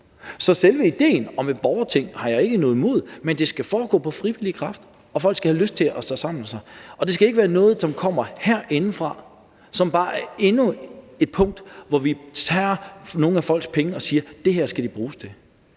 Så selve ideen om et borgerting har jeg ikke noget imod, men det skal foregå på frivillig basis, og folk skal have lyst til at forsamle sig, og det skal ikke være noget, der kommer herindefra, som bare er endnu et punkt, hvor vi tager nogle af folks penge og siger, at det her skal de bruges til.